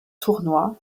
tournois